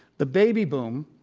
the baby boom,